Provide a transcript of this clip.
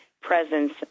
presence